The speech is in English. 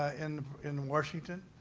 ah in in washington.